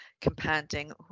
compounding